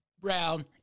Brown